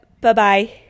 bye-bye